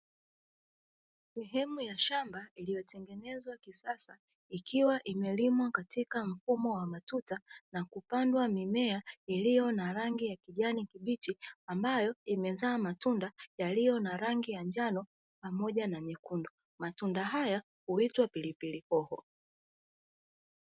Sehemu ya shamba, iliyo tengenezwa kisasa, ikiwa imelimwa katika mfumo wa matuta na kupandwa mimea, iliyo na rangi ya kijani kubichi, ambayo imezaa matunda yaliyo na rangi ya njano pamoja na nyekundu. Matunda haya huitwa pilipili hoho.